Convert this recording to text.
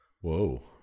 Whoa